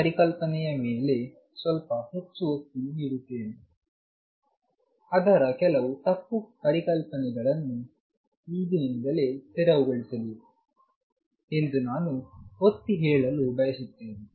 ಈ ಪರಿಕಲ್ಪನೆಯ ಮೇಲೆ ಸ್ವಲ್ಪ ಹೆಚ್ಚು ಒತ್ತು ನೀಡುತ್ತೇನೆ ಅದರ ಕೆಲವು ತಪ್ಪು ಕಲ್ಪನೆಗಳನ್ನು ಈಗಿನಿಂದಲೇ ತೆರವುಗೊಳಿಸಬೇಕು ಎಂದು ನಾನು ಒತ್ತಿ ಹೇಳಲು ಬಯಸುತ್ತೇನೆ